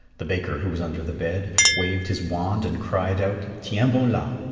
the baker, who was under the bed, waved his wand and cried out tiens-bon-la,